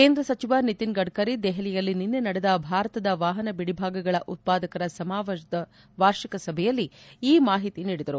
ಕೇಂದ್ರ ಸಚಿವ ನಿತಿನ್ ಗಡ್ಡರಿ ದೆಹಲಿಯಲ್ಲಿ ನಿನ್ನೆ ನಡೆದ ಭಾರತದ ವಾಹನ ಬಿಡಿಭಾಗಗಳ ಉತ್ವಾದಕರ ಸಮಾಜದ ವಾರ್ಷಿಕ ಸಭೆಯಲ್ಲಿ ಈ ಮಾಹಿತಿಯನ್ನು ನೀಡಿದರು